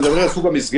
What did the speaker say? אני מדבר על סוג המסגרת,